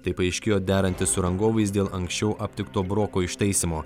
tai paaiškėjo derantis su rangovais dėl anksčiau aptikto broko ištaisymo